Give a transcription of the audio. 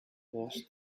forced